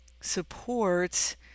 supports